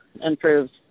improves